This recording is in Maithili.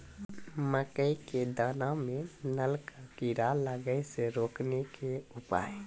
मकई के दाना मां नल का कीड़ा लागे से रोकने के उपाय?